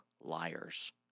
liars